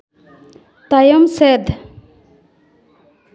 ᱛᱟᱭᱚᱢ ᱥᱮᱫ